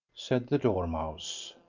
said the dormouse.